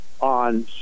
on